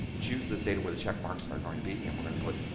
choose this data where the check marks are going to be and, we're going to put